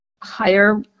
higher